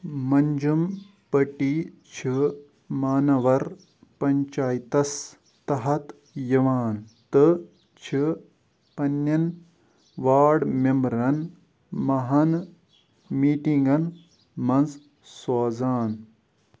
مَنجٕم پٔٹی چھُ مانَوَر پَنچایتَس تحت یِوان تہٕ چھِ پنٛنٮ۪ن واڈ مٮ۪مبرَن ماہانہٕ میٖٹِگَن منٛز سوزان